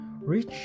rich